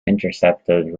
intercepted